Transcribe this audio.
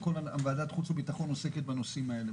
ועדת החוץ והביטחון עוסקת בנושאים האלה.